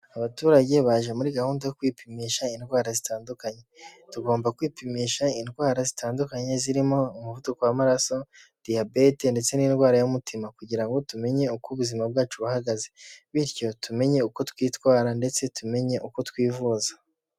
Abaturage baje muri gahunda yo kwipimisha indwara zitandukanye, tugomba kwipimisha indwara zitandukanye zirimo: umuvuduko w'amaraso, diyabete ndetse n'indwara y'umutima kugira ngo tumenye uko ubuzima bwacu buhagaze, bityo tumenye uko twitwara ndetse tumenye uko twivuza.